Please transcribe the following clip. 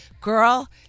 girl